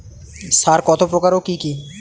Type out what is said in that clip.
সার কত প্রকার ও কি কি?